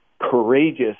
courageous